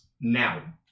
now